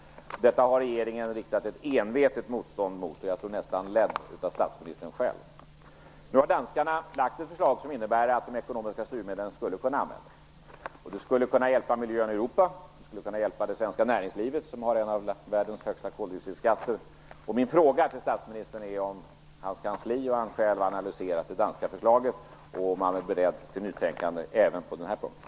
Detta har regeringen riktat ett envetet motstånd mot, och jag tror nästan att det letts av statsministern själv. Nu har danskarna lagt fram ett förslag som innebär att de ekonomiska styrmedlen skulle kunna användas. Det skulle kunna hjälpa miljön i Europa. Det skulle kunna hjälpa det svenska näringslivet, som har en av världens högsta koldioxidskatter. Min fråga till statsministern är om hans kansli och han själv har analyserat det danska förslaget och om han är beredd till nytänkande även på den här punkten.